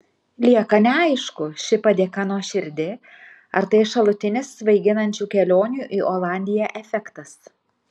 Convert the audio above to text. lieka neaišku ši padėka nuoširdi ar tai šalutinis svaiginančių kelionių į olandiją efektas